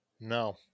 No